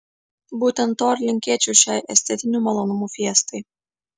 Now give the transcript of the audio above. būtent to ir linkėčiau šiai estetinių malonumų fiestai